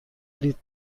لیتر